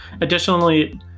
Additionally